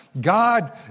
God